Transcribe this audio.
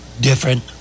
different